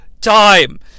time